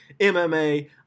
MMA